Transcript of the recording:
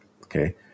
okay